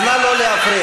אז נא לא להפריע.